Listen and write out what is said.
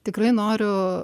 tikrai noriu